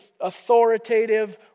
authoritative